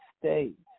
States